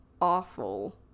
awful